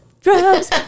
Drugs